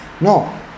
No